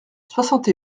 soixante